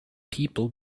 people